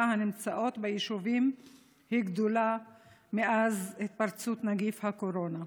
הנמצאות ביישובים מאז התפרצות נגיף הקורונה.